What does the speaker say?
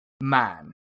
man